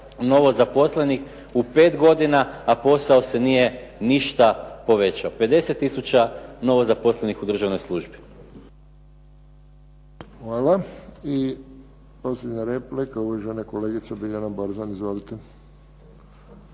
novozaposlenih u pet godina a posao se nije ništa povećao, 50 tisuća novozaposlenih u državnoj službi.